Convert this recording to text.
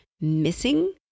missing